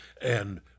and-